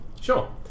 Sure